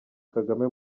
kagame